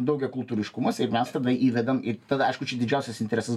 daugiakultūriškumas ir mes tada įvedam ir tada aišku čia didžiausias interesas